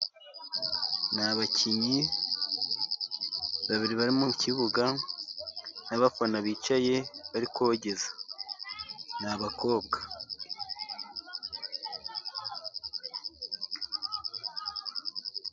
Ni abakinnyi babiri bari mu kibuga, n'abafana bicaye barikogeza, ni abakobwa.